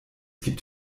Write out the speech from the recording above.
gibt